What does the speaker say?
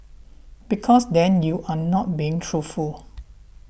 because then you're not being truthful